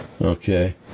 Okay